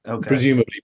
presumably